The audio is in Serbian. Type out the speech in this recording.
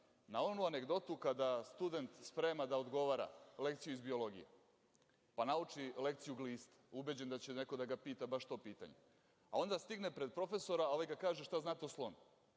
Na onu anegdotu kada student se sprema da odgovara lekciju iz biologije, pa nauči lekciju – gliste, ubeđen da će neko da ga pita baš to pitanje. Onda stigne pred profesora i ovaj ga pita šta znate o slonu.